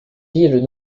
villes